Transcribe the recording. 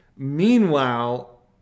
Meanwhile